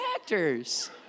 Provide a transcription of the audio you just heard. actors